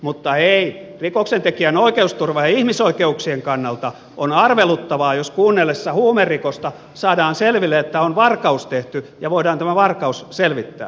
mutta ei rikoksentekijän oikeusturvan ja ihmisoikeuksien kannalta on arveluttavaa jos kuunnellessa huumerikosta saadaan selville että on varkaus tehty ja voidaan tämä varkaus selvittää